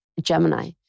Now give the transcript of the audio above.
Gemini